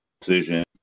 decision